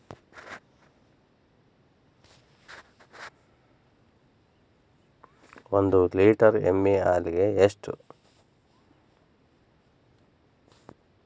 ಒಂದು ಲೇಟರ್ ಎಮ್ಮಿ ಹಾಲಿಗೆ ಎಷ್ಟು?